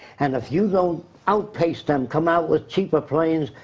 and if you don't outpace them, come out with cheaper planes,